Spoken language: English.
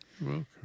Welcome